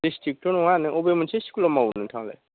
दिस्थ्रिक्टथ' नङा अब'से मोनसे स्कुलाव मावो नोंथाङा लाय